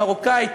מרוקאית,